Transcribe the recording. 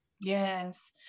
Yes